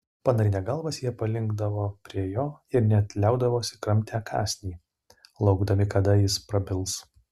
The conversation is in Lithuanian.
panarinę galvas jie palinkdavo prie jo ir net liaudavosi kramtę kąsnį laukdami kada jis prabils